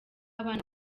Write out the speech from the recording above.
abana